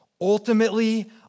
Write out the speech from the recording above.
Ultimately